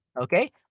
okay